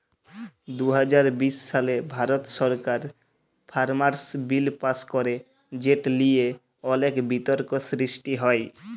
দু হাজার বিশ সালে ভারত সরকার ফার্মার্স বিল পাস্ ক্যরে যেট লিয়ে অলেক বিতর্ক সৃষ্টি হ্যয়